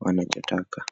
wanachotaka.